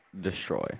destroy